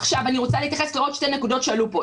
עכשיו, אני רוצה להתייחס לעוד שתי נקודות שעלו פה.